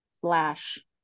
slash